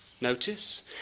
notice